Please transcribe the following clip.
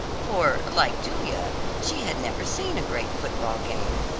for like julia, she had never seen a great football game.